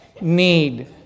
need